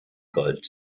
gold